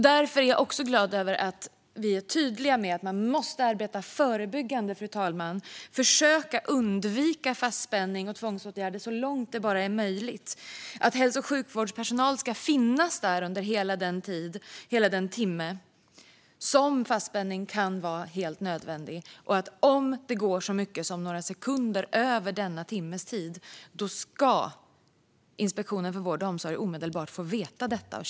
Därför är jag också glad över att vi är tydliga med att man måste arbeta förebyggande och försöka undvika fastspänning och tvångsåtgärder så långt som det bara är möjligt, att hälso och sjukvårdspersonal ska finnas där under hela den timme som fastspänning kan vara helt nödvändig och att om det går bara några sekunder över denna timmes tid ska Inspektionen för vård och omsorg omedelbart få veta detta.